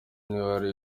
ntiwari